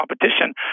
competition